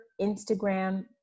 Instagram